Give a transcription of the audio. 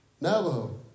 Navajo